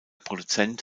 produzent